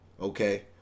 Okay